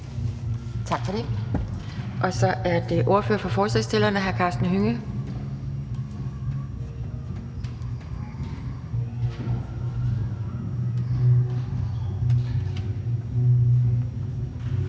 Tak for det. Så er det ordføreren for forslagsstillerne, hr. Karsten Hønge.